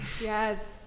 Yes